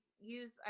use